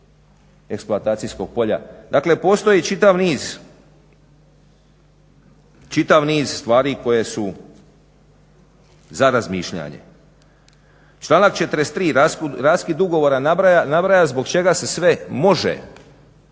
eksploatacijskog polja. Dakle, postoji čitav niz stvari koje su za razmišljanje. Članak 43., raskid ugovora nabraja zbog čega se sve može